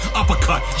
uppercut